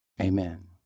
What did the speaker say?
Amen